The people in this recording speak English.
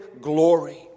glory